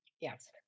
Yes